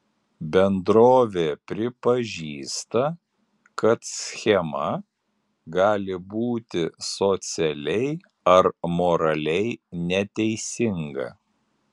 bendrovė pripažįsta kad schema gali būti socialiai ar moraliai neteisinga